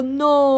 ,no